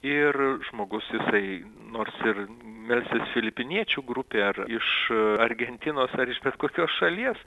ir žmogus jisai nors ir melsis filipiniečių grupėj ar iš argentinos ar iš bet kokios šalies